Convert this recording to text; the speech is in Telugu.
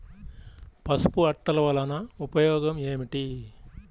పసుపు అట్టలు వలన ఉపయోగం ఏమిటి?